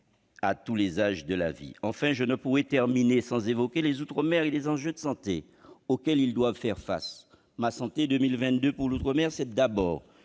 à tous les âges de la vie. Enfin, je ne peux terminer sans évoquer les outre-mer et les enjeux de santé auxquels ils doivent faire face. Ma Santé 2022, c'est d'abord,